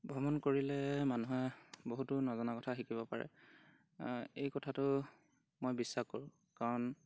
ভ্ৰমণ কৰিলে মানুহে বহুতো নজনা কথা শিকিব পাৰে এই কথাটো মই বিশ্বাস কৰোঁ কাৰণ